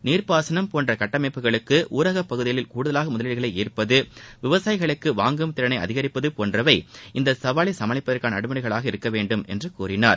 நீர்ப்பாசனம் போன்ற கட்டமைப்புகளுக்கு ஊரகப் பகுதிகளில் கூடுதலாக முதலீடுகளை ார்ப்பது விவசாயிகளுக்கு வாங்கும் திறனை அதிகரிப்பது போன்றவை இந்த சவாலை சமாளிப்பதற்கான நடைமுறைகளாக இருக்க வேண்டும் என்றார்